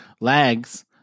Lag's